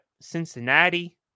Cincinnati